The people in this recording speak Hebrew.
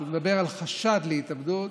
שמדבר על חשד להתאבדות,